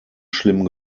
schlimm